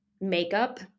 makeup